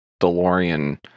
delorean